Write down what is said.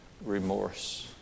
Remorse